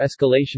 escalation